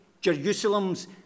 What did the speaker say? Jerusalem's